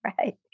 Right